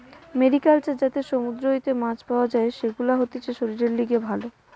mariculture যাতে সমুদ্র হইতে মাছ পাওয়া যাই, সেগুলা হতিছে শরীরের লিগে ভালো